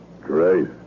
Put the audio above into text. Great